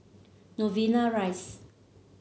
Novena Rise